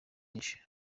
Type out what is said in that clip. nyinshi